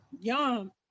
Yum